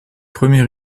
première